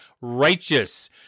righteous